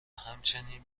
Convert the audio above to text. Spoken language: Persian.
همچنین